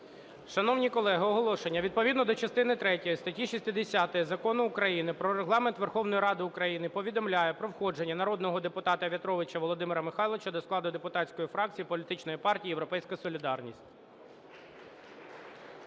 Шановні колеги, оголошення. Відповідно до частини третьої статті 60 Закону України "Про Регламент Верховної Ради України" повідомляю про входження народного депутата В'ятровича Володимира Михайловича до складу депутатської фракції Політичної партії "Європейська солідарність".